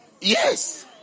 yes